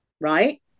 right